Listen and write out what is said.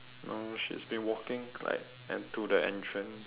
no she's been walking like and to the entrance